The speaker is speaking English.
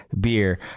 beer